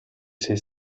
sei